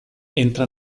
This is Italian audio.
entra